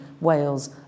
Wales